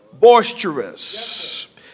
boisterous